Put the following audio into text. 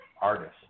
artist